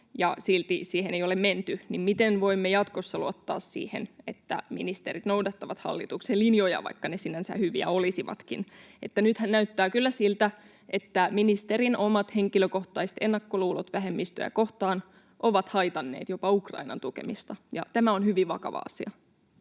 Silti siihen ei ole menty. Miten voimme jatkossa luottaa siihen, että ministerit noudattavat hallituksen linjoja, vaikka ne sinänsä hyviä olisivatkin? Nythän näyttää kyllä siltä, että ministerin omat henkilökohtaiset ennakkoluulot vähemmistöjä kohtaan ovat haitanneet jopa Ukrainan tukemista. Tämä on hyvin vakava asia.